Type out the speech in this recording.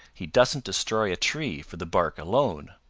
he doesn't destroy a tree for the bark alone.